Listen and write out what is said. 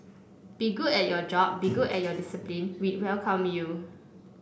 be good at your job be good at your discipline we'd welcome you